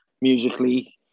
musically